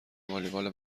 والیبال